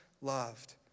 loved